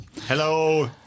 Hello